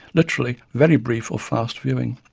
literally very brief or fast viewing.